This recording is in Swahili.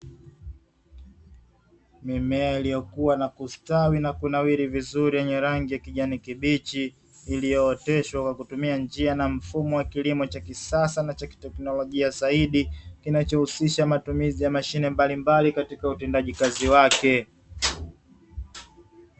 Mimea iliyokua na kustawi na kunawiri vizuri yenye rangi ha kijani kibichi iliyooteshwa kwa kutumia njia na mfumo wa kilimo cha kisasa na cha kiteknolojia zaidi kinachohusisha matumizi ya mashine mbalimbali katika utendaji kazi wake.